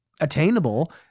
attainable